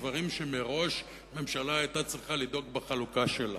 דברים שכבר מראש ממשלה היתה צריכה לדאוג בחלוקה שלה.